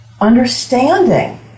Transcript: Understanding